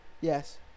yes